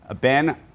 Ben